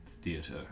theater